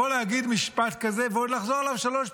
יכול להגיד משפט כזה, ועוד לחזור עליו שלוש פעמים?